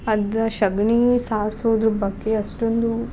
ಅದ್ದಾ ಸಗ್ಣಿ ಸಾರ್ಸೋದ್ರು ಬಗ್ಗೆ ಅಷ್ಟೊಂದು